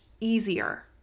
easier